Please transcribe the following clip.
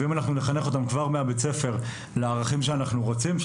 אם נחנך לערכים שאנחנו רוצים כבר מבית הספר